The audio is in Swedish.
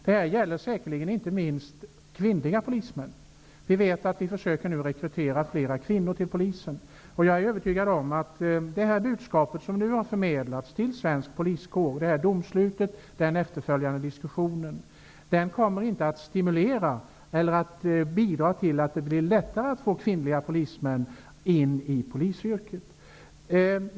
Det gäller inte minst kvinnliga polismän. Man försöker nu rekrytera flera kvinnor till polisen. Jag är övertygad om att det budskap som nu har förmedlats till den svenska poliskåren, detta domslut och den efterföljande diskussionen, inte kommer att bidra till att det blir lättare att få kvinnor att söka sig till polisyrket.